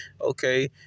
okay